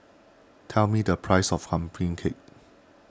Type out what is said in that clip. tell me the price of Pumpkin Cake